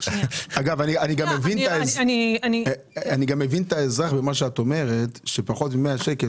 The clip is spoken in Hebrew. אני גם מבין שהאזרח שאם הסכום הוא פחות מ-100 שקלים,